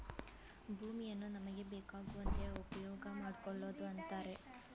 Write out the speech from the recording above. ಭೂಮಿಯನ್ನು ನಮಗೆ ಬೇಕಾಗುವಂತೆ ಉಪ್ಯೋಗಮಾಡ್ಕೊಳೋದು ಅಂತರೆ